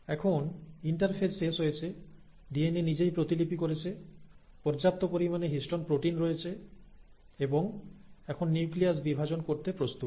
এখন ইন্টারফেজ শেষ হয়েছে ডিএনএ নিজেই প্রতিলিপি করেছে পর্যাপ্ত পরিমাণে হিস্টোন প্রোটিন রয়েছে এবং এখন নিউক্লিয়াস বিভাজন করতে প্রস্তুত